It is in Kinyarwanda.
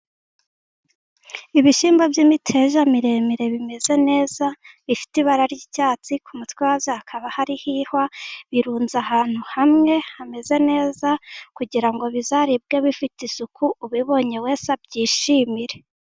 Ibishyimba by'imiteja miremire bimeze neza, bifite ibara ry'icyatsi, ku mutwe ha yo hakaba hariho ihwa, birunze ahantu hamwe hameze neza, kugira ngo bizaribwe bifite isuku, ubibonye wese abyishimire.